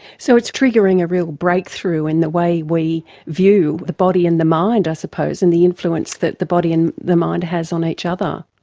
so it's triggering a real breakthrough in the way we view the body and the mind i suppose and the influence that the body and the mind has on each other.